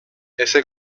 ese